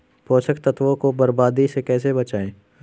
पोषक तत्वों को बर्बादी से कैसे बचाएं?